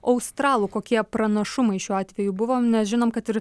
australų kokie pranašumai šiuo atveju buvo nes žinom kad ir